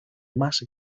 más